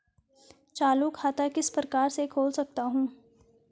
चालू खाता किस प्रकार से खोल सकता हूँ?